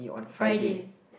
Friday